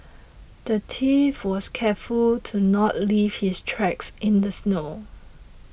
the thief was careful to not leave his tracks in the snow